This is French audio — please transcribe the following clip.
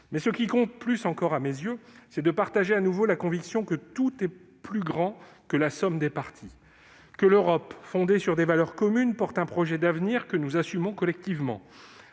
Mais ce qui compte plus encore à mes yeux, c'est de partager de nouveau la conviction que le tout est plus grand que la somme des parties, que l'Europe, fondée sur des valeurs communes, porte un projet d'avenir que nous assumons collectivement